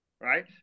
Right